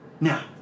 Now